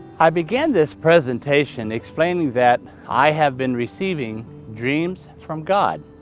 i began this presentation explaining that i have been receiving dreams from god.